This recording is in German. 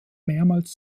mehrmals